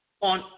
on